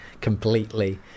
completely